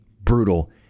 brutal